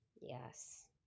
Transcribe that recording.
Yes